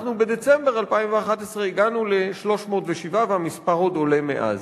בדצמבר 2011 הגענו ל-307, והמספר עוד עולה מאז.